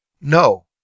No